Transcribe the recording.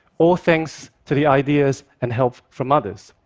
all thanks to the ideas and help from others.